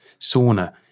Sauna